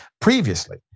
previously